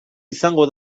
izango